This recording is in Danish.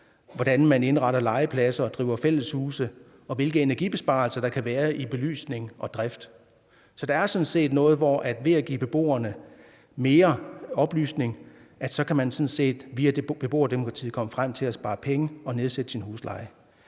hvordan man indretter legepladser, driver fælleshuse, og hvilke energibesparelser der kan være i belysning og drift. Så der er sådan set steder, hvor man via beboerdemokratiet og ved at give beboerne mere oplysning kan komme frem til at spare penge og nedsætte huslejen.